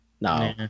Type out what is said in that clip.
No